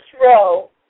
row